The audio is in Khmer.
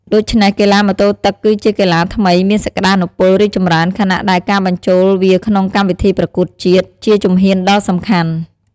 ដូច្នេះកីឡាម៉ូតូទឹកគឺជាកីឡាថ្មីមានសក្តានុពលរីកចម្រើន ខណៈដែលការបញ្ចូលវាក្នុងកម្មវិធីប្រកួតជាតិ ជាជំហានដ៏សំខាន់។